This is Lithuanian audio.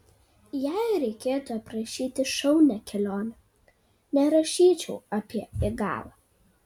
jei reikėtų aprašyti šaunią kelionę nerašyčiau apie igalą